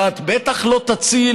ואת בטח לא תציעי,